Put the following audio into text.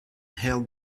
hailed